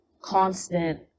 constant